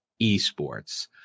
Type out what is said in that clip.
esports